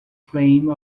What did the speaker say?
frame